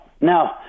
now